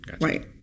Right